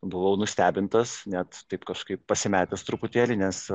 buvau nustebintas net taip kažkaip pasimetęs truputėlį nes